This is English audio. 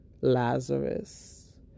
Lazarus